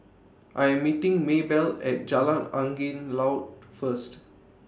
I'm meeting Maybelle At Jalan Angin Laut First